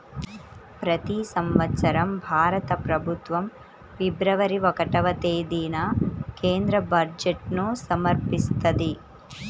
ప్రతి సంవత్సరం భారత ప్రభుత్వం ఫిబ్రవరి ఒకటవ తేదీన కేంద్ర బడ్జెట్ను సమర్పిస్తది